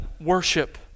worship